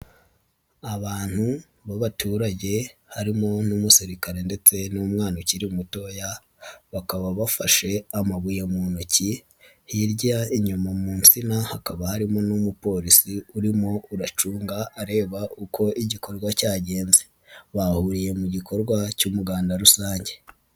Abantu b'abaturage harimo n'umusirikare ndetse n'umwana ukiri mutoya bakaba bafashe amabuye mu ntoki, hirya inyuma mu nsina hakaba harimo n'umupolisi urimo uracunga areba uko igikorwa cyagenze, bahuriye mu gikorwa cy'umuganda rusange.